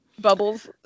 bubbles